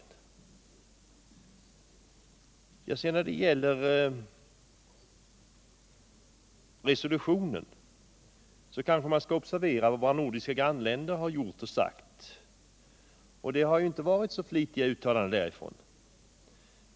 När det gäller resolutionen kanske man skall observera vad våra nordiska grannländer har gjort och sagt. De har inte varit så flitiga med sina uttalanden.